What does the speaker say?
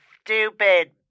stupid